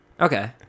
Okay